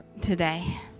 today